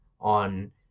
on